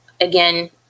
again